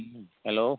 ᱦᱮᱸ ᱦᱮᱞᱳ